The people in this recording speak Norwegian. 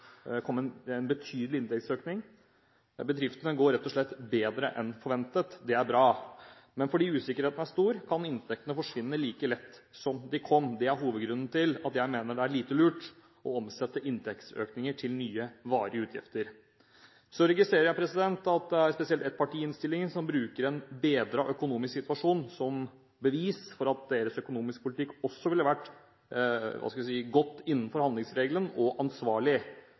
kom. Det er hovedgrunnen til at jeg mener at det er lite lurt å omsette inntektsøkninger til nye, varige utgifter. Så registrerer jeg at det er spesielt ett parti som i innstillingen bruker en bedret økonomisk situasjon som bevis for at deres økonomiske politikk også ville vært godt innenfor handlingsregelen og ansvarlig.